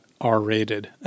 R-rated